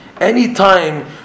Anytime